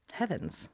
heavens